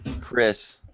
Chris